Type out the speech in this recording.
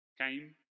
came